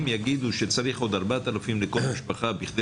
אם יגידו שצריך עוד 4,000 שקל לכל משפחה בכדי